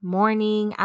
morning